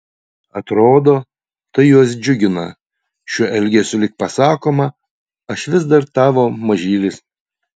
atrodo tai juos džiugina šiuo elgesiu lyg pasakoma aš vis dar tavo mažylis